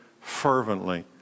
fervently